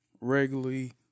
regularly